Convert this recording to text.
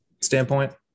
standpoint